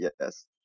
yes